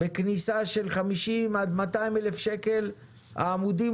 בכניסה של 50,000 עד 200,000 שקל עמודים,